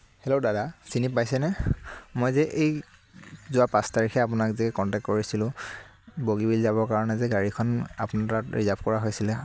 hello দাদা চিনি পাইছেনে মই যে এই যোৱা পাঁচ তাৰিখে আপোনাক যে কনটেক্ট কৰিছিলোঁ বগীবিল যাবৰ কাৰণে যে গাড়ীখন আপোনাৰ তাত ৰিজাৰ্ভ কৰা হৈছিলে